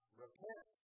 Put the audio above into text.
repent